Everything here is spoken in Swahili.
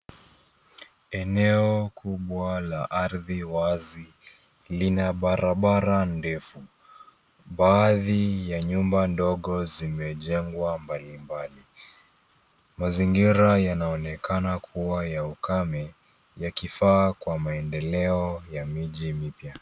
Eneo kubwa la ardhi wazi, lina barabara ndefu. Baadhi ya nyumba ndogo zimejengwa mbaimbali. Mazingira yanaonekana kuwa ya ukame, yakifaa kwa maendeleo ya miji mipya.